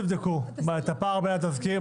תבדקו את הפער בין התזכיר.